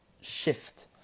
shift